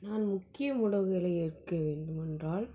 நான் முக்கிய முடிவுகளை எடுக்க வேண்டுமென்றால்